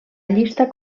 llista